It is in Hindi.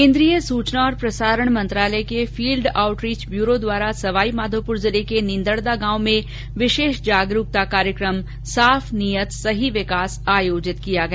केन्द्रीय सूचना और प्रसारण मंत्रालय के फील्ड आउटरीच ब्यूरो द्वारा सवाईमाधोपुर जिले के नीदड़दा गांव में विशेष जागरूकता कार्यक्रम साफ नीयत सही विकास आयोजित किया गया